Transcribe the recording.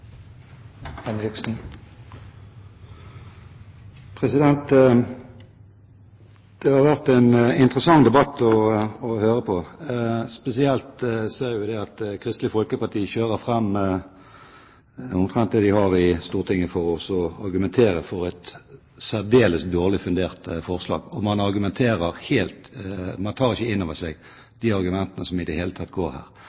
Det har vært en interessant debatt å høre på. Spesielt ser vi at Kristelig Folkeparti kjører fram omtrent det de har i Stortinget for å argumentere for et særdeles dårlig fundert forslag, og man tar ikke inn over seg i det hele tatt de argumentene som går her.